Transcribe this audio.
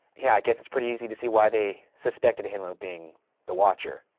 yeah, i guess it's pretty easy to see why they suspected him of being the watcher.